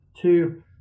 two